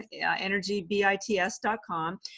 energybits.com